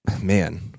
Man